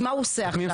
את מי הן סוחטות?